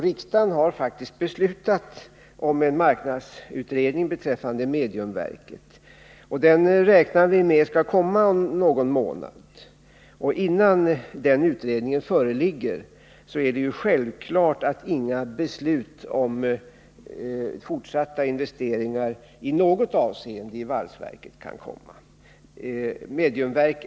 Riksdagen har faktiskt beslutat om en marknadsutredning beträffande mediumverket, och vi räknar med att den skall komma om någon månad. Innan utredningen föreligger är det självklart att inga beslut om fortsatta investeringar i valsverket i något avseende kan komma.